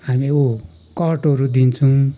हामी ऊ कटहरू दिन्छौँ